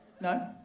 No